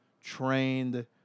trained